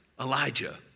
Elijah